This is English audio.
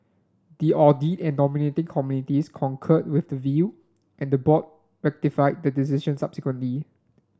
the audit and nominating committees concurred with the view and the board ratified the decision subsequently